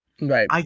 Right